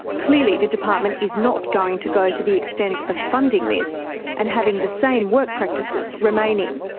clearly the department is not going to go to the extent of funding this and having the same work practices remaining.